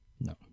no